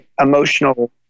emotional